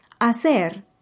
HACER